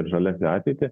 ir žalesnę ateitį